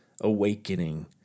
awakening